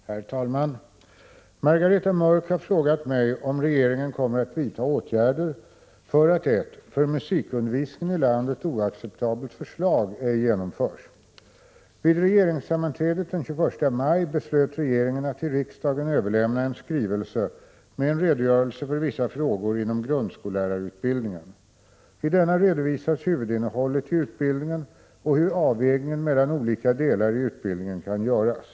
Herr talman! Margareta Mörck har frågat mig om regeringen kommer att vidta åtgärder för att ett, för musikundervisningen i landet, oacceptabelt förslag ej genomförs. Vid regeringssammanträdet den 21 maj beslöt regeringen att till riksdagen överlämna en skrivelse med en redogörelse för vissa frågor inom grundskol lärarutbildningen. I denna redovisas huvudinnehållet i utbildningen och hur 'Prot. 1986/87:129 avvägningen mellan olika delar i utbildningen kan göras.